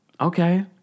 okay